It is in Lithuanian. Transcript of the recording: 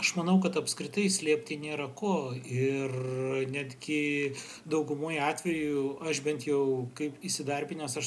aš manau kad apskritai slėpti nėra ko ir netgi daugumoj atvejų aš bent jau kaip įsidarbinęs aš